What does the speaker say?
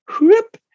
whoop